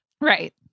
Right